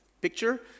picture